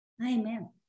Amen